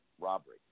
robbery